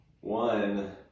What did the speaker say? One